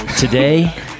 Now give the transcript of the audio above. Today